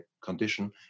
condition